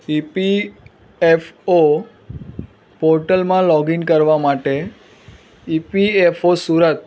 EPFO પોર્ટલમાં login કરવા માટે ઈપીએફઓ સુરત